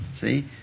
see